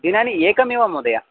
दिनानि एकमेव महोदय